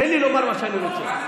תן לי לומר מה שאני רוצה.